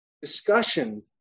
discussion